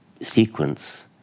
sequence